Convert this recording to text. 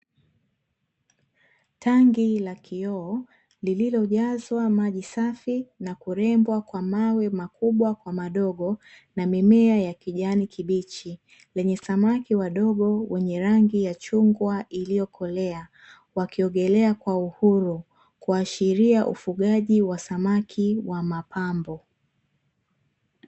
Tanki la kioo, lililojazwa maji safi na kurembwa kwa mawe makubwa kwa madogo, na mimea ya kijani kibichi, lenye samaki wadogo, wenye rangi ya chungwa iliyokolea , wakiogelea kwa uhuru, kuashiria ufugaji wa samaki wa mapambo.